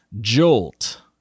Jolt